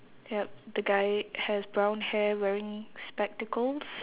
yup the guy has brown hair wearing spectacles